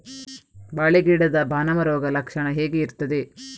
ಬಾಳೆ ಗಿಡದ ಪಾನಮ ರೋಗ ಲಕ್ಷಣ ಹೇಗೆ ಇರ್ತದೆ?